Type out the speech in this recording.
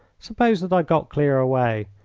suppose that i got clear away,